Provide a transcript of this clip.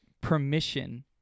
permission